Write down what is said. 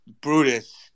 Brutus